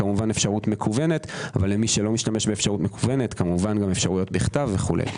כמובן אפשרות מקוונת, אבל גם אפשרויות בכתב וכו'.